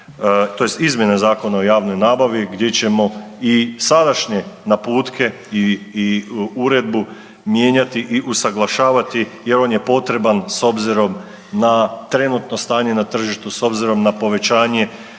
tj. izmjene Zakona o javnoj nabavi gdje ćemo i sadašnje naputke i uredbu mijenjati i usaglašavati, jer on je potreban s obzirom na trenutno stanje na tržištu, s obzirom na povećanje